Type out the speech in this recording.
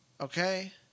okay